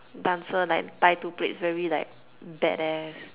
dancer like tie two plaits very like bad-ass